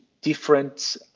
different